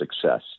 success